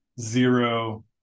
zero